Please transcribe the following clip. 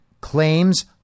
claims